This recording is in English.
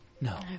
No